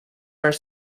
are